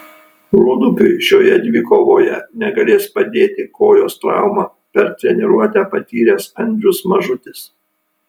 rūdupiui šioje dvikovoje negalės padėti kojos traumą per treniruotę patyręs andrius mažutis